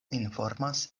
informas